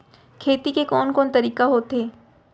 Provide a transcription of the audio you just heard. खेती के कोन कोन तरीका होथे?